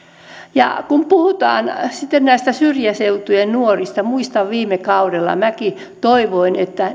ja kun puhutaan sitten näistä syrjäseutujen nuorista muistan viime kaudella että minäkin toivoin että